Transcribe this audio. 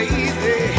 easy